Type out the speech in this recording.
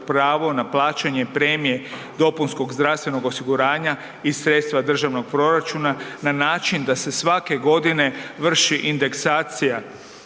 pravo na plaćanje premije dopunskog zdravstvenog osiguranja iz sredstva državnog proračuna na način da se svake godine vrši indeksacija